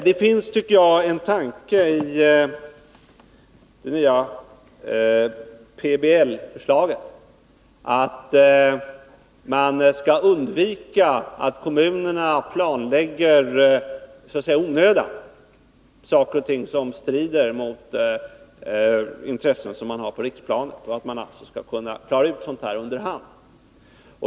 Det finns, tycker jag, en tanke i det nya PBL-förslaget, nämligen att man skall undvika att kommunerna ”i onödan” planlägger saker och ting som strider mot intressen på riksplanet och att man alltså skall kunna klara ut sådant här under hand.